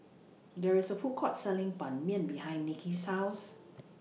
There IS A Food Court Selling Ban Mian behind Niki's House